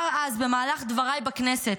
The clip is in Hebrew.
כבר אז, במהלך דבריי בכנסת,